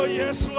yes